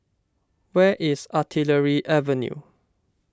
where is Artillery Avenue